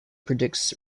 predicts